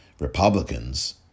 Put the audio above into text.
Republicans